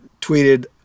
tweeted